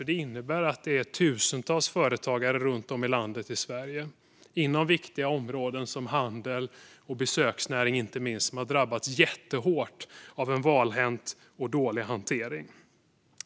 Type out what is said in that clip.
Det innebär att tusentals företagare runt om i Sverige inom viktiga områden, som handel och inte minst besöksnäring, har drabbats jättehårt av en valhänt och dålig hantering.